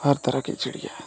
हर तरह के चिड़िया हैं